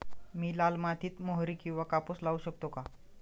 मी लाल मातीत मोहरी किंवा कापूस लावू शकतो का?